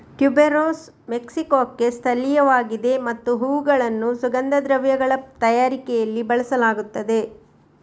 tuberose ಮೆಕ್ಸಿಕೊಕ್ಕೆ ಸ್ಥಳೀಯವಾಗಿದೆ ಮತ್ತು ಹೂವುಗಳನ್ನು ಸುಗಂಧ ದ್ರವ್ಯಗಳ ತಯಾರಿಕೆಯಲ್ಲಿ ಬಳಸಲಾಗುತ್ತದೆ